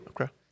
Okay